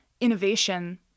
innovation